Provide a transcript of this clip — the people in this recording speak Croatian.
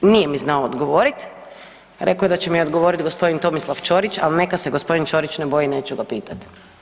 Nije mi znao odgovoriti, rekao je da će mi odgovoriti gospodin Tomislav Ćorić, ali neka se gospodin Ćorić ne boji, neću ga pitati.